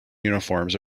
uniforms